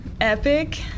Epic